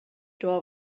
door